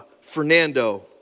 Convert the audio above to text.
Fernando